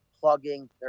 plugging